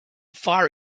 fire